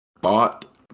bought